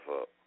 up